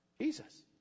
Jesus